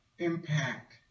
Impact